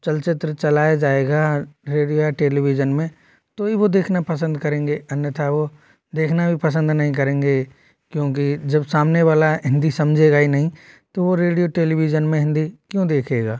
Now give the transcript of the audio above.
चलचित्र चलाया जाएगा रेडियो या टेलीविज़न में तो ही वह देखना पसंद करेंगे अन्यथा वह देखना भी पसंद नहीं करेंगे क्योंकि जब सामने वाला हिंदी समझेगा ही नहीं तो वह रेडियो टेलीविज़न में हिंदी क्यों देखेगा